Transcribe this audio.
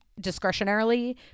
discretionarily